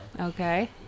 okay